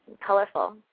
colorful